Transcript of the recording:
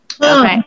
Okay